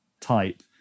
type